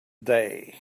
day